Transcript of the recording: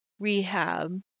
rehab